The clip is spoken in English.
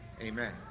amen